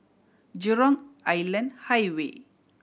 Jurong Island Highway